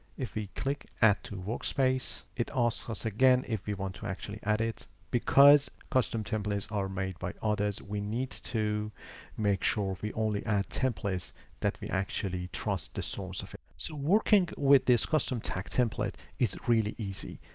if we click add to workspace, it asks us again, if we want to actually add it. because custom templates are made by others, we need to make sure we only add templates that we actually trust the source of. so working with this custom tag template is really easy.